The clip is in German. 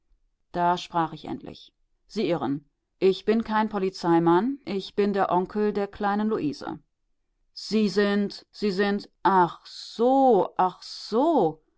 da sprach ich endlich sie irren ich bin kein polizeimann ich bin der onkel der kleinen luise sie sind sie sind ach so ach so